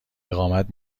اقامت